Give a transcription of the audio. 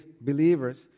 believers